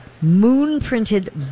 moon-printed